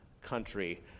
country